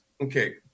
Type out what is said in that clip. Okay